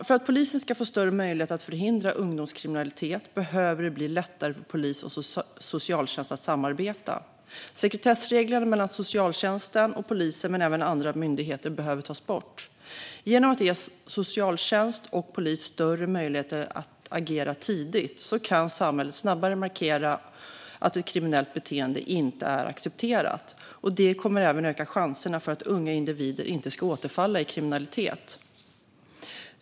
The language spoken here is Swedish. För att polisen ska få större möjligheter att förhindra ungdomskriminalitet behöver det bli lättare för polis och socialtjänst att samarbeta. Sekretessreglerna mellan socialtjänsten och polisen men även andra myndigheter behöver tas bort. Genom att ge socialtjänst och polis större möjligheter att agera tidigt kan samhället snabbare markera att ett kriminellt beteende inte är accepterat. Det kommer även att öka chanserna för att unga individer inte ska återfalla i kriminalitet.